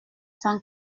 cent